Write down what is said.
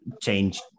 change